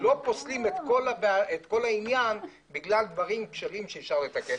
לא פוסלים את כל העניין בגלל כשלים שאפשר לתקן.